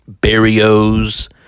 Barrios